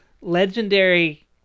Legendary